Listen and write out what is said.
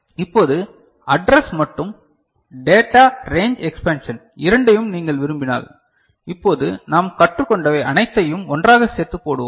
இப்போது அட்ரஸ் மற்றும் data range expansion இரண்டையும் நீங்கள் விரும்பினால் இப்போது நாம் கற்றுக்கொண்டவை அனைத்தையும் ஒன்றாக சேர்த்து போடுவோம்